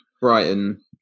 Brighton